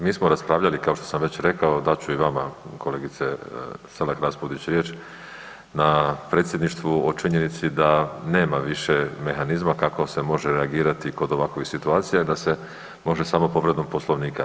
Mi smo raspravljali kao što sam već rekao dat ću i vama kolegice Selak Raspudić riječ, na predsjedništvu o činjenici da nema više mehanizma kako se može reagirati kod ovakvih situacija da se može samo povredom Poslovnika.